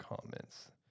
comments